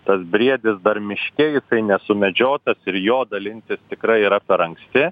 tas briedis dar miške jisai nesumedžiotas ir jo dalintis tikrai yra per anksti